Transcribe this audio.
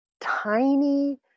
tiny